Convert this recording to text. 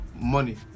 money